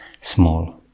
small